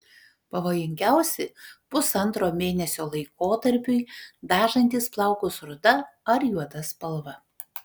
pavojingiausi pusantro mėnesio laikotarpiui dažantys plaukus ruda ar juoda spalva